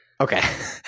Okay